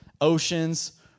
oceans